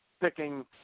picking